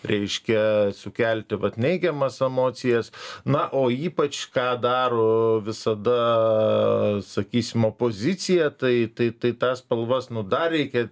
reiškia sukelti vat neigiamas emocijas na o ypač ką daro visada sakysim opozicija tai tai tai tas spalvas nu dar reikia